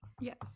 Yes